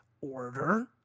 order